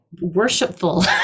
worshipful